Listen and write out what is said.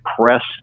press